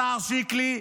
השר שיקלי,